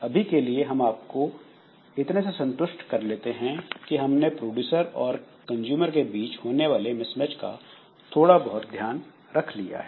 अभी के लिए हम अपने आपको इतने से संतुष्ट कर लेते हैं कि हमने प्रोड्यूसर और कंजूमर के बीच होने वाले मिसमैच का थोड़ा बहुत ध्यान रख लिया है